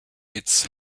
its